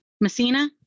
Messina